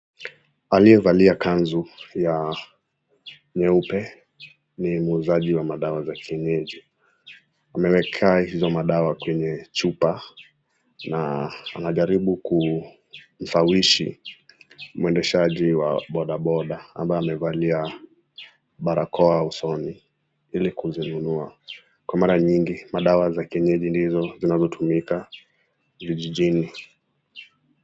Aliyevalia kanzu ya nyeupe, ni muuzaji wa madawa za kienyeji. Ameweka hizo madawa kwenye chupa na anajaribu kumshawishi mwendeshaji wa bodaboda ambaye amevalia barakoa usoni, ili kuzinunua. Kwa mara nyingi madawa za kienyeji ndizo zinazo tumika kijijini.